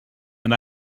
and